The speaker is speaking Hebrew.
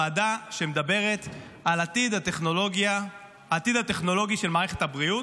ועדה שמדברת על העתיד הטכנולוגי של מערכת הבריאות.